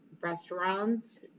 restaurants